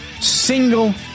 single